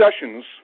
sessions